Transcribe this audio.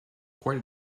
quite